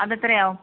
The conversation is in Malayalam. അത് എത്രയാവും